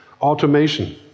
Automation